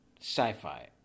sci-fi